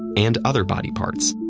and other body parts.